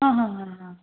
ಹಾಂ ಹಾಂ ಹಾಂ ಹಾಂ